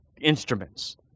instruments